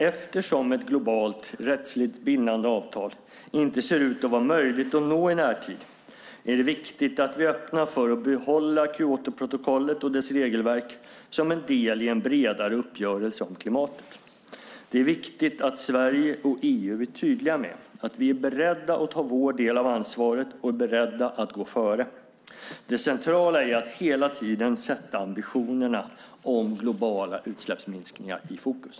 Eftersom ett globalt rättsligt bindande avtal inte ser ut att vara möjligt att nå i närtid är det viktigt att vi öppnar för att behålla Kyotoprotokollet och dess regelverk som en del i en bredare uppgörelse om klimatet. Det är viktigt att Sverige och EU är tydliga med att vi är beredda att ta vår del av ansvaret och är beredda att gå före. Det centrala är att hela tiden sätta ambitionerna om globala utsläppsminskningar i fokus.